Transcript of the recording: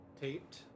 taped